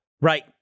Right